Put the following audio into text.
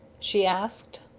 she asked.